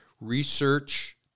research